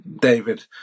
David